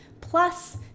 plus